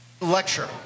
lecture